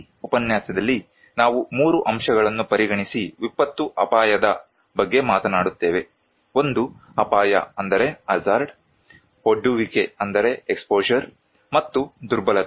ಈ ಉಪನ್ಯಾಸದಲ್ಲಿ ನಾವು 3 ಅಂಶಗಳನ್ನು ಪರಿಗಣಿಸಿ ವಿಪತ್ತು ಅಪಾಯದ ಬಗ್ಗೆ ಮಾತನಾಡುತ್ತೇವೆ ಒಂದು ಅಪಾಯ ಒಡ್ಡುವಿಕೆ ಮತ್ತು ದುರ್ಬಲತೆ